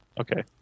Okay